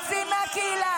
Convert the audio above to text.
הם יוצאים מהקהילה,